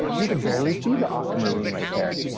you could barely see the aquamarine right there.